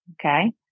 okay